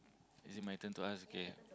is it my turn to ask okay